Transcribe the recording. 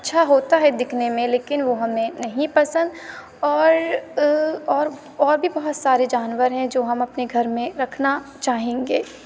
اچھا ہوتا ہے دکھنے میں لیکن وہ ہمیں نہیں پسند اور اور بھی بہت سارے جانور ہیں جو ہم اپنے گھر میں رکھنا چاہیں گے